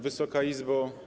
Wysoka Izbo!